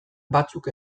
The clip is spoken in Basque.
batzuk